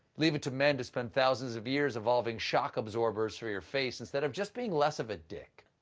leave it to men to spend thousands of years evolving shock absorbers for your face instead of just being less of a dick.